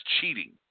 cheating